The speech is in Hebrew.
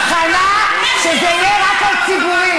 אני מוכנה שזה יהיה רק על ציבורי.